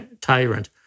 tyrant